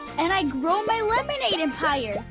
and i grow my lemonade empire!